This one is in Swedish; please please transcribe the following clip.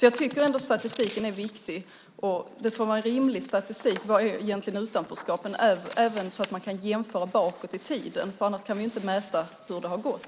Jag tycker att statistiken är viktig, men det får vara en rimlig statistik över vad utanförskap egentligen är så att man kan jämföra bakåt i tiden, för annars kan vi inte mäta hur det har gått.